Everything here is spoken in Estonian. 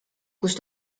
kus